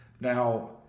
Now